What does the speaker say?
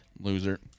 Loser